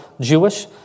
Jewish